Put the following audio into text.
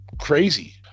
crazy